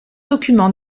documents